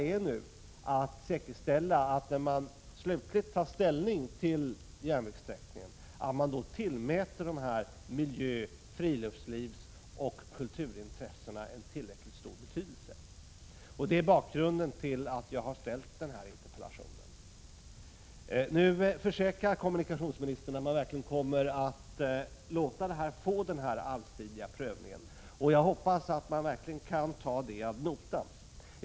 När man skall ta slutlig ställning till järnvägssträckningen är det viktigt att säkerställa att dessa miljö-, friluftslivsoch kulturintressen tillmäts tillräckligt stor betydelse. Det är bakgrunden till att jag har ställt interpellationen. 3 Nu försäkrar kommunikationsministern att man verkligen kommer att låta ärendet få en allsidig prövning. Jag hoppas att man kan ta det ad notam.